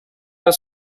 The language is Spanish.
los